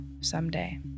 someday